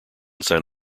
san